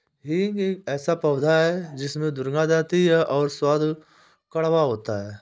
हींग एक ऐसा पौधा है जिसमें दुर्गंध आती है और स्वाद कड़वा होता है